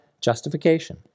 justification